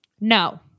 No